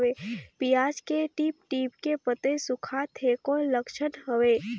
पियाज के टीप टीप के पतई सुखात हे कौन लक्षण हवे?